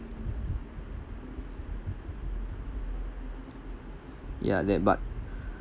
yeah that but